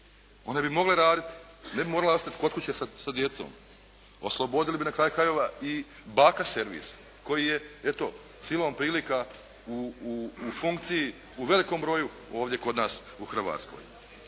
Onda bi mogle raditi a ne bi morale ostati kod kuće sa djecom. Oslobodili bi na kraju krajeva i baka servis koji je eto silom prilika u funkciji u velikom broju ovdje kod nas u Hrvatskoj.